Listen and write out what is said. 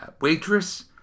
waitress